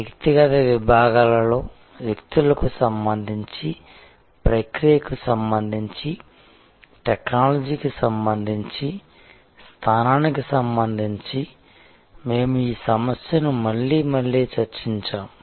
వ్యక్తిగత విభాగాలలో వ్యక్తులకు సంబంధించి ప్రక్రియకు సంబంధించి టెక్నాలజీకి సంబంధించి స్థానానికి సంబంధించి మేము ఈ సమస్యను మళ్లీ మళ్లీ చర్చించాము